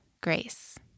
grace